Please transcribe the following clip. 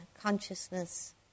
consciousness